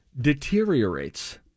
deteriorates